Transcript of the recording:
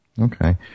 Okay